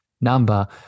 number